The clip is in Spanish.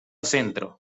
centro